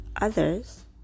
others